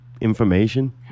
information